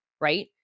right